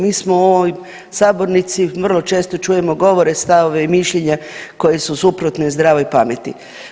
Mi smo u ovoj sabornici, vrlo često čujemo govore, stavove i mišljenja koja su suprotna zdravoj pameti.